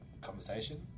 conversation